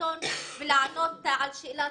עיתון ולענות על שאלה